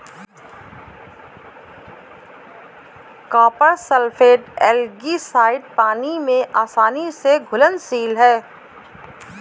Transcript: copper sulphate algicide पानी में आसानी से घुलनशील है